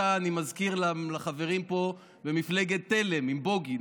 אני מזכיר לחברים פה: התחלת במפלגת תל"ם עם בוגי,